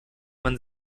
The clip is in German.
man